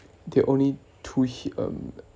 there are only two he~ um